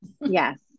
Yes